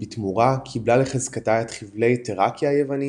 ובתמורה קיבלה לחזקתה את חבלי תראקיה היוונית,